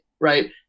right